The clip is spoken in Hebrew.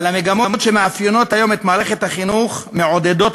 אבל המגמות שמאפיינות היום את מערכת החינוך מעודדות,